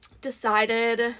decided